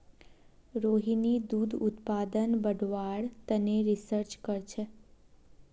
रोहिणी दूध उत्पादन बढ़व्वार तने रिसर्च करछेक